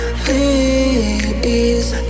please